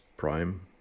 Prime